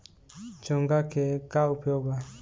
चोंगा के का उपयोग बा?